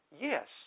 yes